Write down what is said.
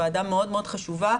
ועדה מאוד מאוד חשובה.